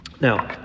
now